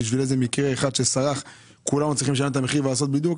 בגלל איזה מקרה שסרח כולנו צריכים לשלם את המחיר ולעבור בידוק,